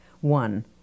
One